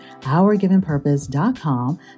OurGivenPurpose.com